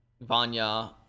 Vanya